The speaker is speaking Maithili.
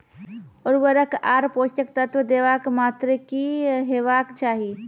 उर्वरक आर पोसक तत्व देवाक मात्राकी हेवाक चाही?